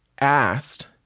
asked